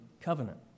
covenant